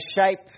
shape